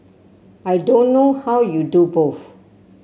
I don't know how you do both